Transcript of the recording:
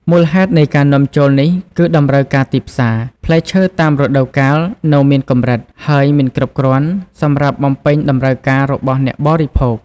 មូលហេតុនៃការនាំចូលនេះគឺតម្រូវការទីផ្សារ ផ្លែឈើតាមរដូវកាលនៅមានកម្រិត ហើយមិនគ្រប់គ្រាន់សម្រាប់បំពេញតម្រូវការរបស់អ្នកបរិភោគ។